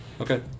Okay